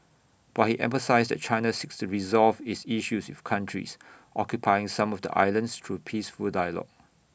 but he emphasised that China seeks to resolve its issues with countries occupying some of the islands through peaceful dialogue